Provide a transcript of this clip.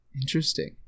interesting